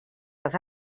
les